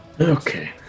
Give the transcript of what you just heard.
Okay